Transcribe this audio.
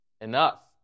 enough